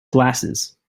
glasses